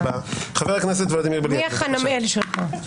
מי החנמאל שלך?